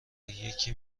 یکی